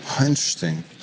Interesting